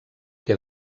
que